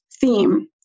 theme